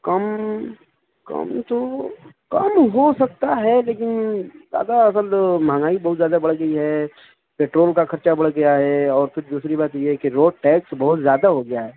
کم کم تو کم ہو سکتا ہے لیکن دادا اصل مہنگائی بہت زیادہ بڑھ گئی ہے پیٹرول کا خرچہ بڑھ گیا ہے اور پھر دوسری بات یہ ہے کہ روڈ ٹیکس بہت زیادہ ہو گیا ہے